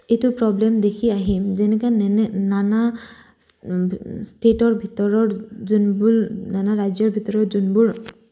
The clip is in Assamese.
এইটো প্ৰব্লেম দেখি আহিম যেনে নানা ষ্টেটৰ ভিতৰৰ যোনবোৰ নানা ৰাজ্যৰ ভিতৰত যোনবোৰ